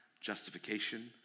Justification